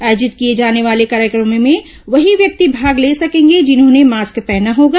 आयोजित किए जाने वाले कार्यक्रमों में वहीं व्यक्ति भाग ले सकेंगे जिन्होंने मास्क पहना होगा